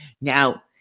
Now